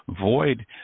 void